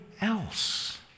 else